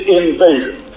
invasion